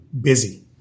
busy